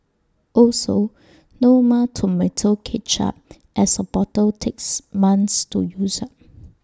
also no more Tomato Ketchup as A bottle takes months to use up